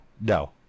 no